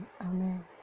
Amen